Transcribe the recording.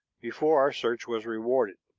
before our search was rewarded.